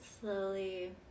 Slowly